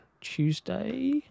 Tuesday